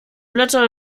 blätter